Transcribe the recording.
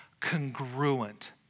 congruent